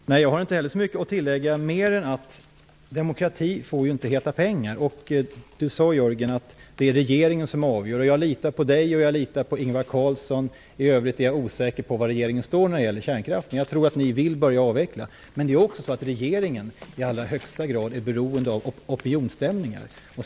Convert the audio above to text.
Herr talman! Inte heller jag har så mycket att tilllägga, mer än att demokrati inte får heta pengar. Jörgen Andersson sade att det är regeringen som avgör den här frågan. Jag litar på Jörgen Andersson, och jag litar på Ingvar Carlsson. I övrigt är jag osäker på var regeringen står när det gäller kärnkraften. Jag tror att ni vill börja avveckla, men regeringen är också i allra högsta grad beroende av opinionsstämningar.